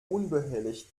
unbehelligt